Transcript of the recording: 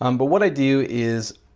um but what i do is,